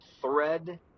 thread